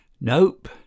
Nope